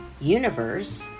universe